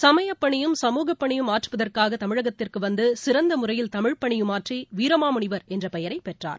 சமயப் பணியும் சமூகப் பணியும் ஆற்றுவதற்காக தமிழகத்திற்கு வந்து சிறந்த முறையில் தமிழ் பணியுமாற்றி வீரமாமுனிவர் என்ற பெயரை பெற்றார்